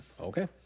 Okay